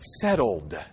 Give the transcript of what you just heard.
settled